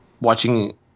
watching